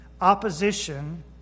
opposition